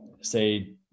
say